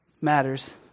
matters